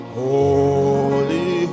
holy